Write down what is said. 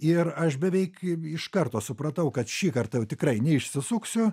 ir aš beveik iš karto supratau kad šį kartą jau tikrai neišsisuksiu